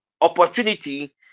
opportunity